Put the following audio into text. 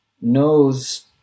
knows